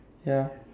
ya